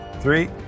three